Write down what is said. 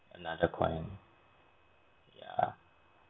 another coin yeah